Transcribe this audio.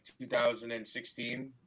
2016